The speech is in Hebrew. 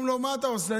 שואלים: מה אתה עושה?